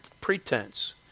pretense